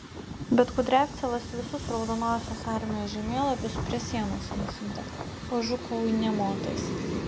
bet kudriavcevas visus raudonosios armijos žemėlapius prie sienos nusiuntė o žukovui nė motais